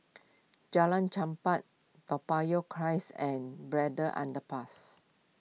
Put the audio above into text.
Jalan Chempah Toa Payoh Crest and Braddell Underpass